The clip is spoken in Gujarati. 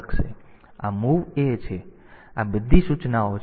તેથી આ mov a છે તેથી આ બધી સૂચનાઓ છે